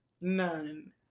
None